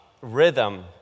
rhythm